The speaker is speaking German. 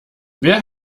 wer